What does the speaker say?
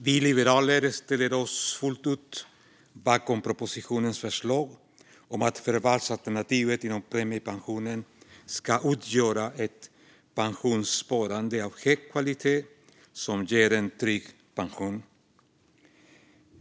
Vi liberaler ställer oss fullt ut bakom propositionens förslag om att förvalsalternativet inom premiepensionen ska utgöra ett pensionssparande av hög kvalitet som ger en trygg pension.